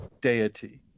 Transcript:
deity